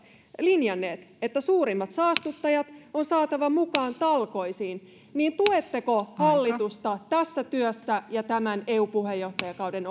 linjanneet että suurimmat saastuttajat on saatava mukaan talkoisiin tuetteko hallitusta tässä työssä ja tämän eu puheenjohtajakauden